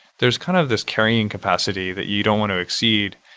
there's kind of this carrying capacity that you don't want to exceed.